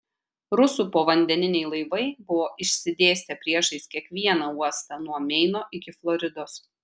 rusų povandeniniai laivai buvo išsidėstę priešais kiekvieną uostą nuo meino iki floridos